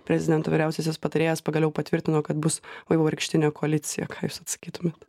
prezidento vyriausiasis patarėjas pagaliau patvirtino kad bus vaivorykštinė koalicija ką jūs atsakytumėt